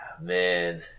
Man